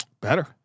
Better